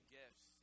gifts